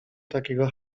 takiego